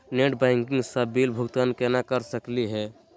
Net banking स bill भुगतान केना कर सकली हे?